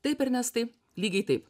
taip ir nes tai lygiai taip